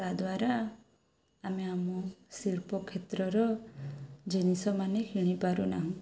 ତାଦ୍ୱାରା ଆମେ ଆମ ଶିଳ୍ପ କ୍ଷେତ୍ରର ଜିନିଷ ମାନେ କିଣିପାରୁ ନାହୁଁ